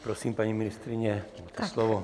Prosím, paní ministryně, máte slovo.